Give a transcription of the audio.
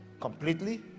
completely